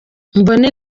mbone